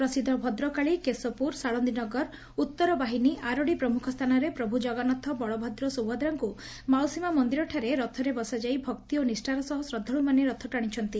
ପ୍ରସିଦ୍ଧ ଭଦ୍ରକାଳୀ କେସପୁର ସାଳନୀନଗର ଉତ୍ତରବାହିନୀ ଆରଡି ପ୍ରମୁଖ ସ୍ଥାନରେ ପ୍ରଭୁ ଜଗନ୍ନାଥ ବଳଭଦ୍ର ସୁଭଦ୍ରାଙ୍କୁ ମାଉସୀମା ମନ୍ଦିର ଠାରେ ରଥରେ ବସାଯାଇ ଭକ୍ତି ଓ ନିଷ୍ଠାର ସହ ଶ୍ରଦ୍ଧାଳୁମାନେ ରଥ ଟାଣିଛନ୍ତି